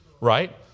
Right